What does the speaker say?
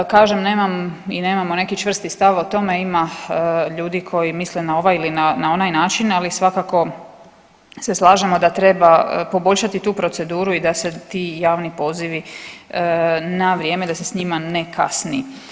Kažem nemam i nemamo neki čvrsti stav o tome, ima ljudi koji misle na ovaj ili na onaj način ali svakako se slažemo da treba poboljšati tu proceduru i da se ti javni pozivi na vrijeme da se s njima ne kasni.